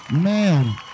Man